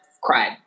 cried